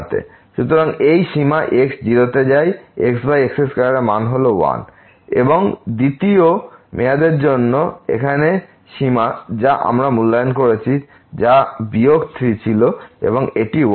সুতরাং এই সীমা x 0 তে যায় x x2 এর মান হল 1 এবং দ্বিতীয় মেয়াদের জন্য এখানে সীমা যা আমরা মূল্যায়ন করেছি যা বিয়োগ 3 ছিল এবং এটি 1 হয়ে যায়